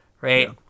right